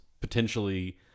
potentially